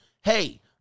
hey